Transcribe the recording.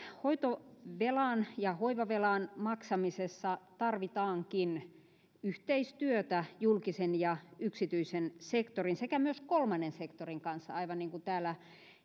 hoitovelan ja hoivavelan maksamisessa tarvitaankin yhteistyötä julkisen ja yksityisen sektorin sekä myös kolmannen sektorin kanssa aivan niin kuin täällä